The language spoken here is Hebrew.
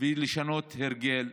לשנות הרגל.